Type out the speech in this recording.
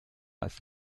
als